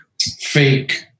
fake